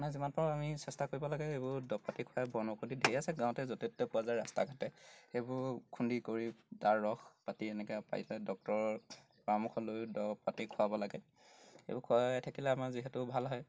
মানে যিমান পাৰো আমি চেষ্টা কৰিব লাগে সেইবোৰ দৰৱ পাতি খোৱাই বনৌষধি ধেই আছে গাঁৱতে য'তে ত'তে পোৱা যায় ৰাস্তা ঘাটে সেইবোৰ খুন্দি কৰি তাৰ ৰস পাতি এনেকৈ পাৰিলে ডক্তৰৰ পৰামৰ্শ লৈও দৰৱ পাতি খোৱাব লাগে সেইবোৰ খুৱাই থাকিলে আমাৰ যিহেতু ভাল হয়